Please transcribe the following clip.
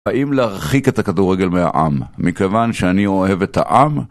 האם להרחיק את הכדורגל מהעם, מכיוון שאני אוהב את העם?